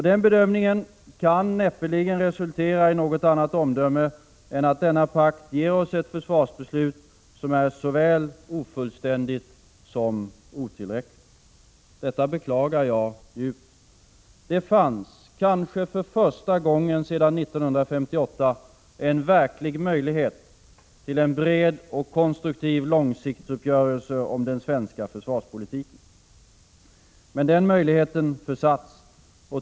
Den bedömningen kan inte resultera i något annat omdöme än att denna pakt ger oss ett försvarsbeslut som är såväl ofullständigt som otillräckligt. Detta beklagar jag djupt. Det fanns — kanske för första gången sedan 1958 — en verklig möjlighet till en bred och konstruktiv långsiktsuppgörelse om den svenska försvarspolitiken. Men den möjligheten försatts.